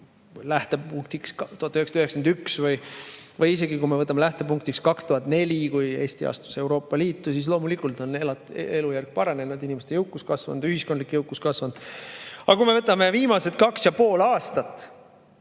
lähtepunktiks 1991 või isegi kui me võtame lähtepunktiks 2004, kui Eesti astus Euroopa Liitu, siis loomulikult on elujärg paranenud, inimeste jõukus kasvanud, ühiskondlik jõukus kasvanud. Aga kui me võtame viimased 2,5 aastat